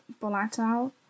volatile